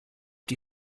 die